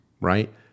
Right